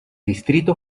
distrito